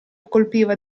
colpiva